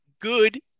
good